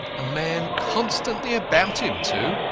a man constantly about him, too!